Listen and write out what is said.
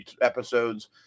episodes